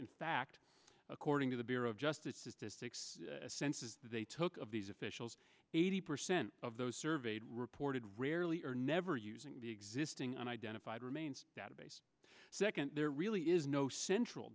in fact according to the bureau of justice is the six senses they took of these officials eighty percent of those surveyed reported rarely or never using the existing unidentified remains database second there really is no central